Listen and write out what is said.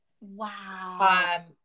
Wow